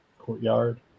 courtyard